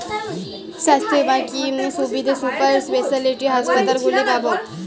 স্বাস্থ্য বীমার কি কি সুবিধে সুপার স্পেশালিটি হাসপাতালগুলিতে পাব?